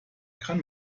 kann